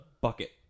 bucket